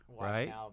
Right